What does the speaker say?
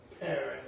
parents